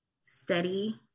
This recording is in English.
steady